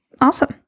Awesome